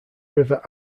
river